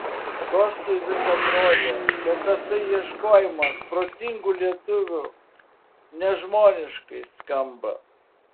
kostui vis atrodė kad tasai ieškojimas protingų lietuvių nežmoniškai skamba